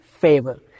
favor